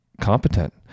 competent